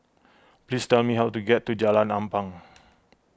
please tell me how to get to Jalan Ampang